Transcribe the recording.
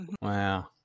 wow